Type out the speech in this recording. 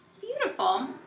Beautiful